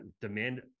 demand